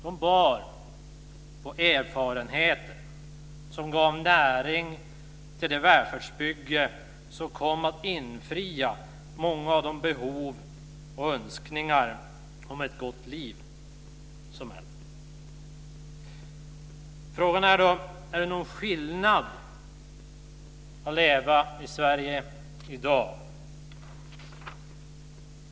De bar på erfarenheter som gav näring åt det välfärdsbygge som kom att infria många behov och önskningar om ett gott liv för de äldre. Frågan är då: Är det någon skillnad att leva i Sverige i dag?